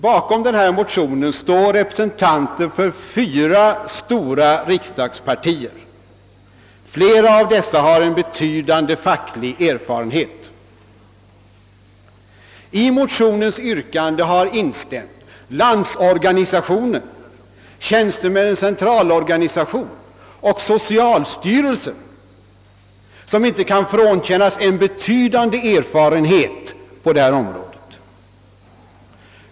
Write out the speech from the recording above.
Bakom denna motion står representanter för fyra stora riksdagspartier. Flera av dessa har betydande facklig erfarenhet. I motionens yrkande har instämt Landsorganisationen, Tjänstemännens centralorganisation och socialstyrelsen, som inte kan frånkännas en betydande erfarenhet på detta område.